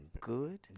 good